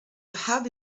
have